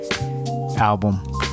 album